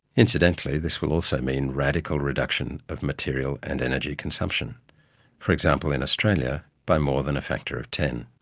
incidentally, this will also mean radical reduction of material and energy consumption for example, in australia, by more than a factor of ten.